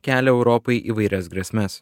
kelia europai įvairias grėsmes